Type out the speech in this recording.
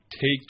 Take